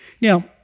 Now